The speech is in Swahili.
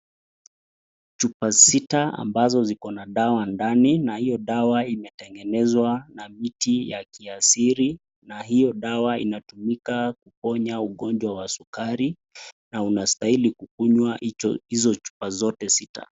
Chupa sita ambazo ziko na dawa ndani na iyo dawa imetengenezwa na miti ya kiasili na hiyo dawa inatumika kuponya ugonjwa wa sukari na unastahili kukunywa hizo chupa zote sita.